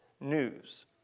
news